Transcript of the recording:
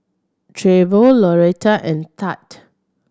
Trevor Loretta and Thad